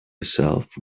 yourself